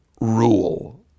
rule